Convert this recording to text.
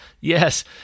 yes